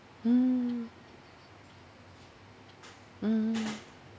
mm mm